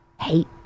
hate